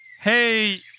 hey